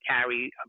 carry